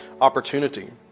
opportunity